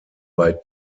bei